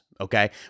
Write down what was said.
okay